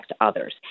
others